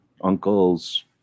uncles